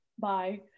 bye